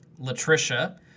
Latricia